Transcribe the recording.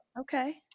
Okay